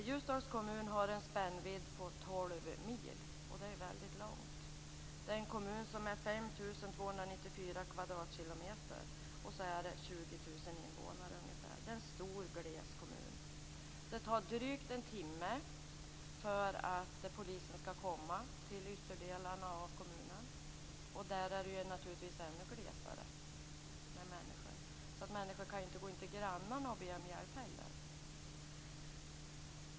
Ljusdals kommun har en spännvidd på tolv mil, och det är väldigt mycket. Kommunen är 5 294 kvadratkilometer stor och har ungefär 20 000 invånare. Det är en stor, gles kommun. Det tar drygt en timme för polisen att komma till ytterdelarna av kommunen, och där är det naturligtvis ännu glesare med människor. Man kan alltså inte gå in till grannarna och be om hjälp heller.